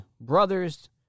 brothers